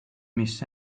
miss